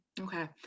Okay